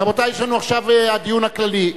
רבותי, יש לנו עכשיו הדיון הכללי.